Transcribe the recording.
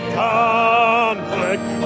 conflict